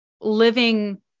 living